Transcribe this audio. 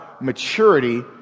maturity